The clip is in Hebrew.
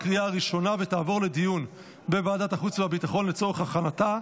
לוועדת החוץ והביטחון נתקבלה.